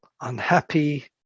unhappy